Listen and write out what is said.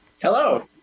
Hello